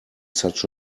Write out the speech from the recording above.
such